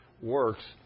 works